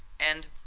and